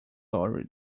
lorry